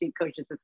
Coaches